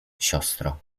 siostro